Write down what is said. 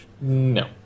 No